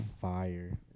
fire